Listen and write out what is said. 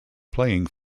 playing